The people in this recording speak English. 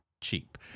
cheap